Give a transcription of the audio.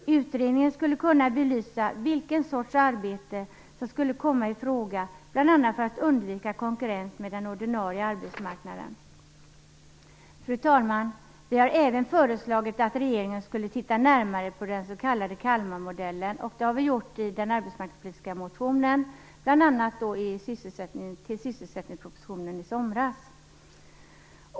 Utredningen skulle kunna belysa vilken sorts arbeten som kan komma i fråga bl.a. för att undvika konkurrens med den ordinarie arbetsmarknaden. Fru talman! Vi har även föreslagit att regeringen skall titta närmare på den s.k. Kalmarmodellen. Det har vi gjort i en arbetsmarknadspolitisk motion bl.a. i anslutning till sysselsättningspropositionen i somras.